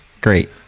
great